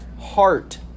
heart